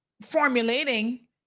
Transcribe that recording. formulating